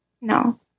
No